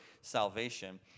salvation